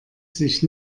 sich